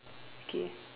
K